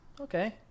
Okay